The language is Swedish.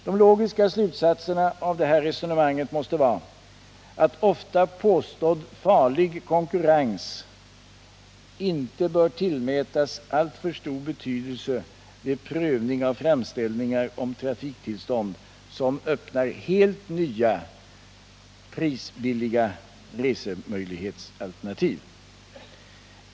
De logiska slutsatserna av detta resonemang måste vara att påstådd farlig konkurrens ofta inte bör tillmätas alltför stor betydelse vid prövning av framställningar om trafiktillstånd som öppnar helt nya prisbilliga resemöjlighetsalternativ.